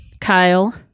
Kyle